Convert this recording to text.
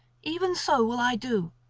even so will i do.